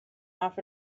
off